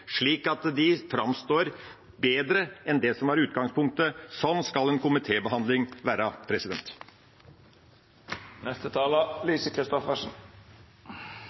slik at de framstår bedre enn det som var utgangspunktet. Slik skal en komitébehandling være.